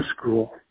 school